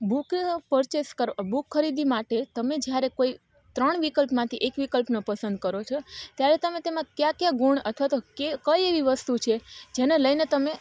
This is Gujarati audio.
બુક પરચેસ કરો બુક ખરીદી માટે તમે જ્યારે કોઈ ત્રણ વિકલ્પમાંથી એક વિકલ્પનો પસંદ કરો છો ત્યારે તમે તેમાં કયા કયા ગુણ અથવા તો કે કઈ એવી વસ્તુ છે જેને લઈને તમે